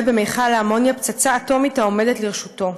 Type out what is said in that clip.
במכל האמוניה פצצה אטומית העומדת לרשותו.